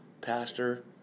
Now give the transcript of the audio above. pastor